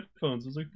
headphones